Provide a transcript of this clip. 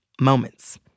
moments